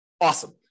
Awesome